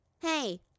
Hey